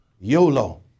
YOLO